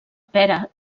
pera